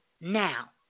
now